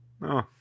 No